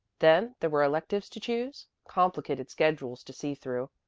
then there were electives to choose, complicated schedules to see through,